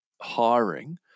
hiring